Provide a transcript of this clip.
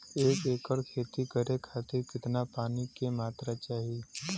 एक एकड़ खेती करे खातिर कितना पानी के मात्रा चाही?